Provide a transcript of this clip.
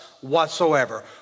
whatsoever